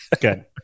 Good